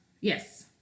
Yes